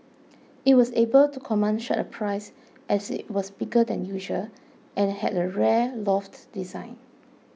it was able to command such a price as it was bigger than usual and had a rare loft design